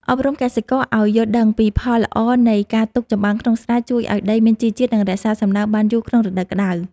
អប់រំកសិករឱ្យយល់ដឹងពីផលល្អនៃការទុកចំបើងក្នុងស្រែជួយឱ្យដីមានជីជាតិ និង រក្សាសំណើមបានយូរក្នុងរដូវក្ដៅ។